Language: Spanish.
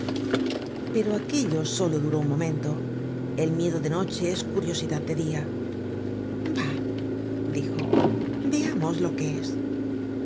pero aquello solo duró un momento el miedo de noche es curiosidad de dia bah dijo veamos lo que es